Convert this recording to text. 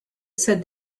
said